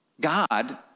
God